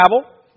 travel